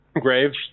Graves